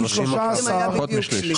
זה פחות משליש.